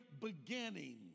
beginning